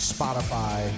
Spotify